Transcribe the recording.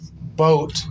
boat